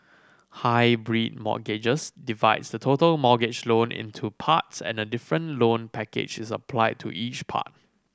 hybrid mortgages divides the total mortgage loan into parts and a different loan package is applied to each part